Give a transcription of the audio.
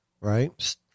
right